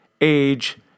age